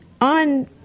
on